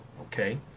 Okay